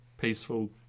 peaceful